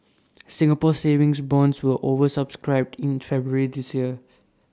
Singapore savings bonds were over subscribed in February this year